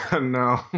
No